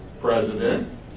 President